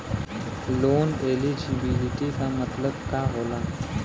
Loan eligibility का मतलब का होला?